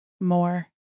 more